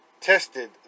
tested